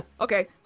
Okay